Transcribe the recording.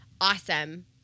awesome